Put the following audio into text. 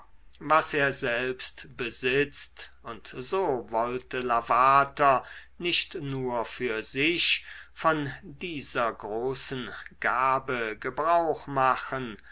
was er selbst besitzt und so wollte lavater nicht nur für sich von dieser großen gabe gebrauch machen